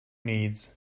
needs